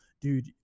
dude